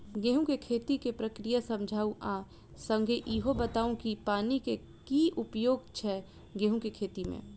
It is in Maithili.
गेंहूँ केँ खेती केँ प्रक्रिया समझाउ आ संगे ईहो बताउ की पानि केँ की उपयोग छै गेंहूँ केँ खेती में?